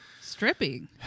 stripping